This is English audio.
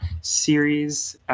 series